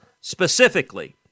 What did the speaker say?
Specifically